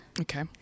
Okay